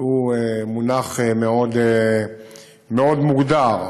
שהוא מונח מאוד מוגדר,